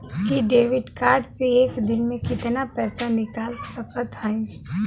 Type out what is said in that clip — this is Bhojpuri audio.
इ डेबिट कार्ड से एक दिन मे कितना पैसा निकाल सकत हई?